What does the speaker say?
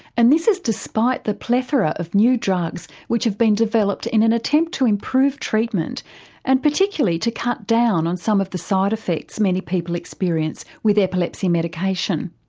and this is despite the plethora of new drugs which have been developed in an attempt to improve treatment and particularly to cut down on some of the side effects many people experience with epilepsy medication.